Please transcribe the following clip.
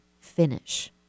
finish